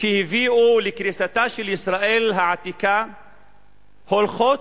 שהביאו לקריסתה של ישראל העתיקה הולכות